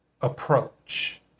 approach